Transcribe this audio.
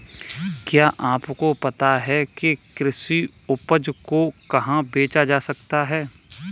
क्या आपको पता है कि कृषि उपज को कहाँ बेचा जा सकता है?